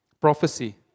Prophecy